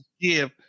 give